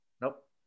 Nope